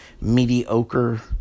mediocre